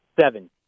seven